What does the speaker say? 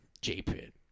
J-Pit